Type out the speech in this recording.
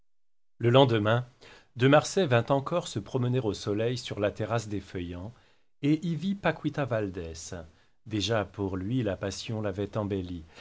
le lendemain de marsay vint encore se promener au soleil sur la terrasse des feuillants et y vit paquita valdès déjà pour lui la passion l'avait embellie